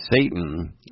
Satan